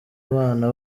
abana